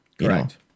Correct